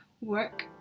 work